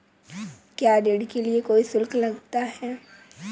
क्या ऋण के लिए कोई शुल्क लगता है?